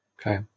Okay